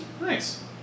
Nice